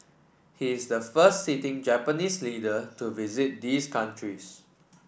he is the first sitting Japanese leader to visit these countries